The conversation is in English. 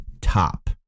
top